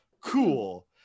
Cool